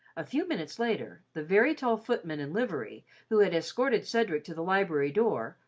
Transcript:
a few minutes later, the very tall footman in livery, who had escorted cedric to the library door,